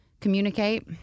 communicate